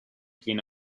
clean